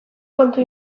kontu